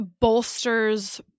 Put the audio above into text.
bolsters